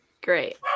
Great